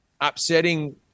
upsetting